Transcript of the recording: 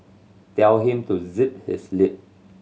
tell him to zip his lip